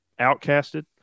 outcasted